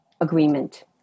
agreement